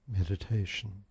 Meditation